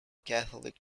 catholic